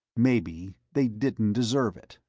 maybe they didn't deserve it.